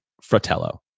Fratello